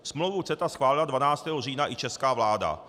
Smlouvu CETA schválila 12. října i česká vláda.